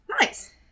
Nice